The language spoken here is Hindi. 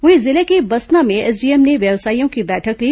वहीं जिले के ही बसना में एसडीएम ने व्यवसायियों की बैठक ली